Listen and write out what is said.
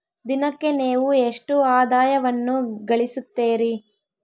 ದಿನಕ್ಕೆ ನೇವು ಎಷ್ಟು ಆದಾಯವನ್ನು ಗಳಿಸುತ್ತೇರಿ?